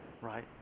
right